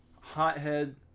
Hothead